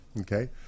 okay